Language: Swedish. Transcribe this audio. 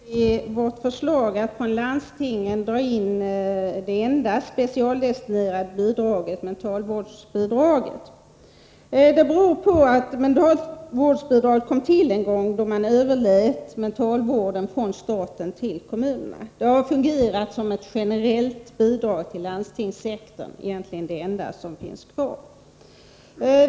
Herr talman! Paul Jansson uppehöll sig mycket vid vårt förslag att från landstingen dra in det enda specialdestinerade bidraget, nämligen mentalvårdsbidraget. Detta bidrag kom till när mentalvården överfördes från staten till kommunerna. Det har fungerat som ett generellt bidrag till landstingssektorn — egentligen det enda som finns kvar.